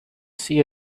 see